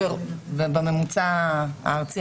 בממוצע הארצי.